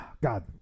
God